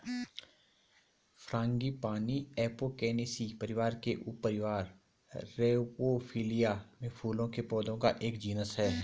frangipani Apocynaceae परिवार के उपपरिवार रौवोल्फिया में फूलों के पौधों का एक जीनस है